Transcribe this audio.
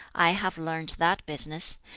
i have learnt that business,